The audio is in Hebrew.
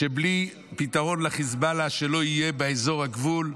שבלי פתרון לחיזבאללה, שלא יהיה באזור הגבול,